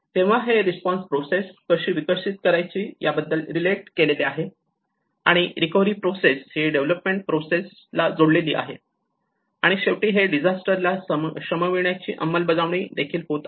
तेव्हा हे पुन्हा रिस्पॉन्स प्रोसेस कशी विकसित करायची यासोबत रिलेट केलेले आहे आणि रिकव्हरी प्रोसेस ही डेव्हलपमेंट प्रोसेस ला जोडलेले आहे आणि शेवटी हे डिझास्टर ला शमविण्याची अंमलबजावणी देखील होत आहे